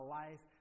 life